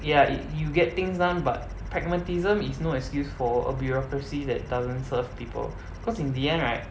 ya y~ you get things done but pragmatism is no excuse for a bureaucracy that doesn't serve people cause in the end right